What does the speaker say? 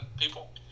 people